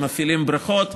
שמפעילים בריכות,